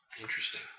Interesting